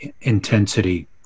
intensity